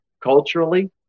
Culturally